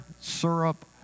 syrup